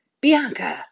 Bianca